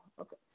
okay